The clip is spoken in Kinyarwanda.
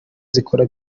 zikora